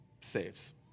saves